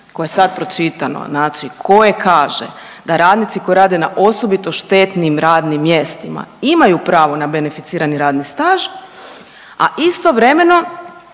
koje je sad pročitano koje kaže da radnici koji rade na osobito štetnim radnim mjestima imaju pravo na beneficirani radni staž, a istovremeno